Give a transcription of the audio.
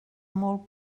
molt